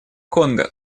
конго